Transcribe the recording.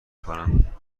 کنم